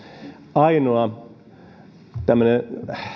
ainoa